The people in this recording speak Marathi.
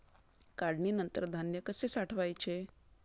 काढणीनंतर धान्य कसे साठवायचे?